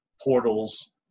portals